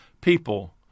people